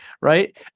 right